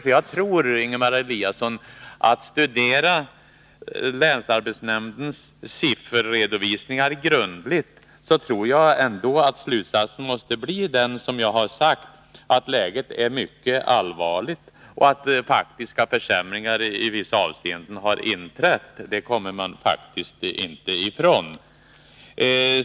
Så jag tror, Ingemar Eliasson, att studerar man länsarbetsnämndens sifferredovisningar grundligt, måste nog slutsatsen ändå bli den som jag har 9” sagt, nämligen att läget är mycket allvarligt. Att faktiska försämringar i vissa avseenden har inträtt kommer man inte ifrån.